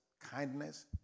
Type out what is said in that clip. kindness